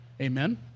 Amen